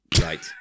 Right